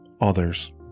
others